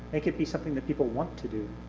like it be something that people want to do.